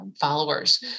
followers